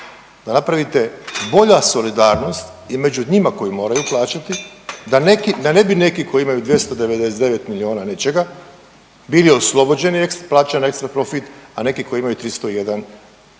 da napravite bolja solidarnost i među njima koji moraju plaćati da neki, da ne bi neki koji imaju 299 milijuna nečega bili oslobođeni eks…, plaćanja ekstra profita, a neki koji imaju 301 moraju